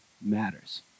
matters